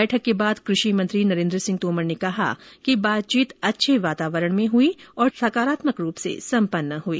बैठक के बाद कृषि मंत्री नरेन्द्र सिंह तोमर ने कहा कि बातचीत अच्छे वातावरण में हई और सकारात्मक रूप से सम्पन्न हई